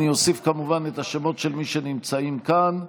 ההצעה להעביר את הצעת חוק התוכנית לסיוע כלכלי (נגיף הקורונה החדש)